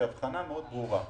אבל יש הבחנה ברורה מאוד.